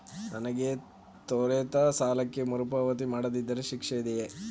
ನನಗೆ ದೊರೆತ ಸಾಲಕ್ಕೆ ಮರುಪಾವತಿ ಮಾಡದಿದ್ದರೆ ಶಿಕ್ಷೆ ಇದೆಯೇ?